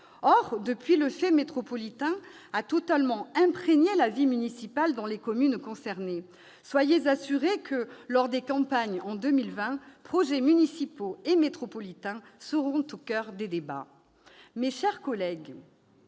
Or, depuis, le fait métropolitain a totalement imprégné la vie municipale dans les communes concernées. Soyez assurés que, lors des campagnes de 2020, projets municipaux et métropolitains seront au coeur des débats. Ancienne